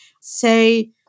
say